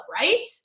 Right